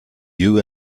you